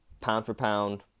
pound-for-pound